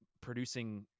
producing